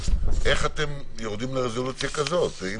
איך אתם יורדים לרזולוציה כזאת ואם